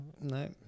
No